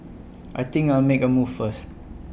I think I'll make A move first